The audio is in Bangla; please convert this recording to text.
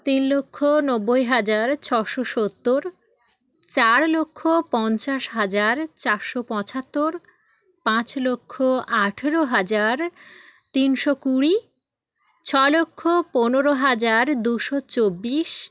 তিন লক্ষ নব্বই হাজার ছশো সত্তর চার লক্ষ পঞ্চাশ হাজার চারশো পঁচাত্তর পাঁচ লক্ষ আঠেরো হাজার তিনশো কুড়ি ছ লক্ষ পনেরো হাজার দুশো চব্বিশ